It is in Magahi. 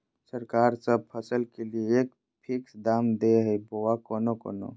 सरकार सब फसल के लिए एक फिक्स दाम दे है बोया कोनो कोनो?